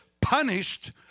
punished